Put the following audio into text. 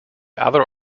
other